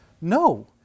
No